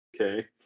Okay